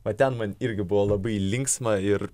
va ten man irgi buvo labai linksma ir